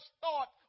thought